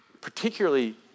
particularly